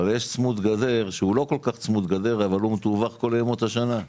אבל יש צמוד גדר שמטווח בכל ימות השנה.